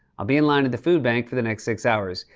i'll be in line at the food bank for the next six hours.